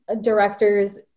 directors